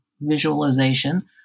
visualization